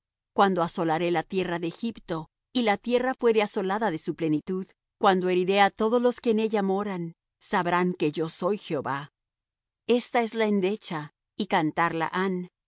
cuando asolaré la tierra de egipto y la tierra fuere asolada de su plenitud cuando heriré á todos los que en ella moran sabrán que yo soy jehová esta es la endecha y cantarla han